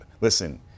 listen